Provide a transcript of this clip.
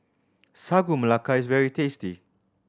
Sagu Melaka is very tasty